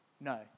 No